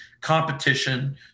competition